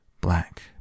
black